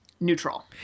neutral